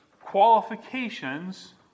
qualifications